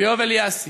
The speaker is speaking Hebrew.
יואב אליאסי.